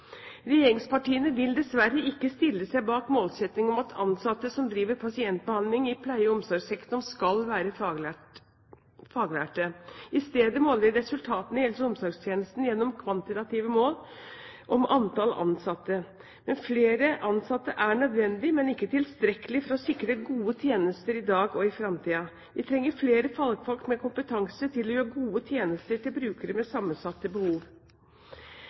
Regjeringspartiene vil dessverre ikke stille seg bak målsettingen om at ansatte som driver pasientbehandling i pleie- og omsorgssektoren, skal være faglærte. I stedet måler de resultatene i helse- og omsorgstjenesten gjennom kvantitative mål om antall ansatte. Flere ansatte er nødvendig, men ikke tilstrekkelig for å sikre gode tjenester i dag og i fremtiden. Vi trenger flere fagfolk med kompetanse til å gi gode tjenester til brukere med sammensatte behov.